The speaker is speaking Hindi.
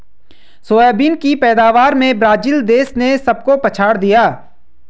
सोयाबीन की पैदावार में ब्राजील देश ने सबको पछाड़ दिया